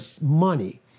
money